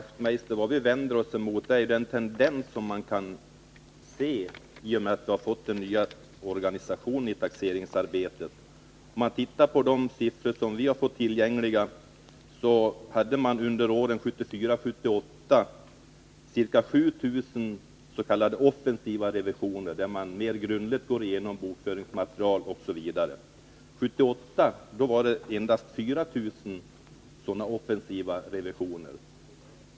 Herr talman! Vad vi vänder oss mot är den tendens som man kan notera i och med införandet av den nya organisationen i taxeringsarbetet. De siffror som finns tillgängliga visar att det under tiden 1974-1978 genomsnittligt förekom ca 7 000 s.k. offensiva revisioner årligen, dvs. sådana revisioner där bokföringsmaterialet m.m. grundligt gås igenom. 1978 förekom emellertid endast 4 000 sådana offensiva revisioner.